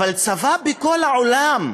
אבל צבא בכל העולם,